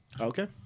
Okay